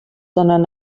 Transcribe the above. sondern